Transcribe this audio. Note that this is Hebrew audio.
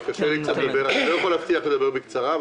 אני לא יכול להבטיח לדבר בקצרה.